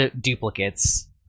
duplicates